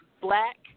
black